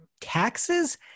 taxes